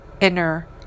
inner